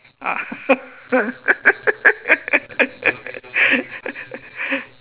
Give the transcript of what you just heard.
ah